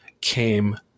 came